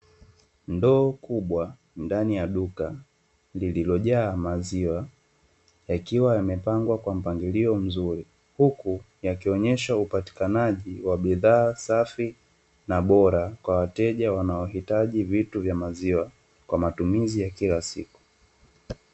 Ndoo kubwa ndani ya duka lilijojaa maziwa, yakiwa yamepangwa kwa mpangilio mzuri, huku yakionyesha upatikanaji wa bidhaa safi na bora, kwa wateja wanaohitaji vitu vya maziwa, kwa matumizi ya kila siku.